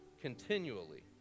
continually